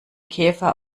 käfer